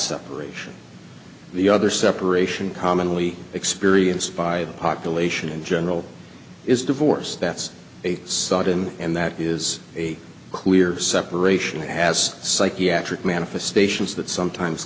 separation the other separation commonly experienced by population in general is divorce that's a sudden and that is a clear separation has psychiatric manifestations that sometimes